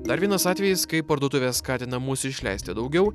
dar vienas atvejis kaip parduotuvės skatina mus išleisti daugiau